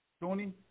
Tony